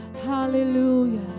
Hallelujah